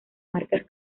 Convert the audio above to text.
marcas